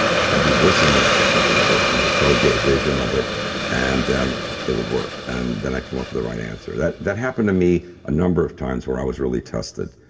if i do this and this, i think it would work. and he started to sort of get a vision of it and then it would work. and then i'd come up with the right answer that that happened to me a number of times where i was really tested.